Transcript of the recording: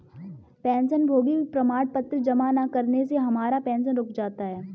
पेंशनभोगी प्रमाण पत्र जमा न करने से हमारा पेंशन रुक जाता है